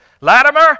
Latimer